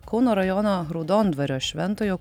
kauno rajono raudondvario šventojo